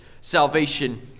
salvation